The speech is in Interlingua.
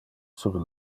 sur